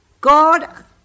God